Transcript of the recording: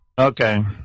Okay